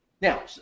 Now